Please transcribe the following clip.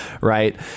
Right